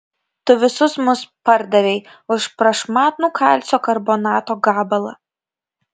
tu visus mus pardavei už prašmatnų kalcio karbonato gabalą